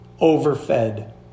overfed